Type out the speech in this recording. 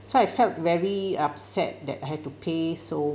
so I felt very upset that I had to pay so